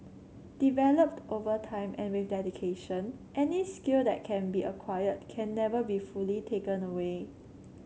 developed over time and with dedication any skill that can be acquired can never be fully taken away